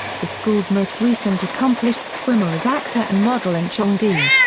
the school's most recent accomplished swimmer is actor and model enchong dee.